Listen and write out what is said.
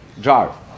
jar